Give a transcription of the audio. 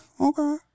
okay